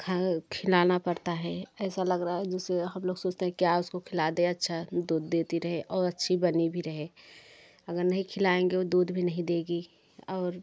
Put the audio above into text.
खिलाना पड़ता है ऐसा लग रहा है जैसे हम लोग सोचते हैं क्या उसको खिला दे अच्छा दूध देती रहे और अच्छी बनी भी रहे अगर नहीं खिलाएंगे वो दूध भी नहीं देगी और